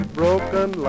broken